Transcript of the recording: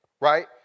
right